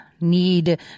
need